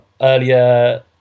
earlier